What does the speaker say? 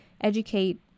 educate